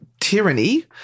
tyranny